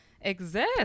exist